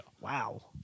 Wow